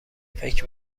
فکر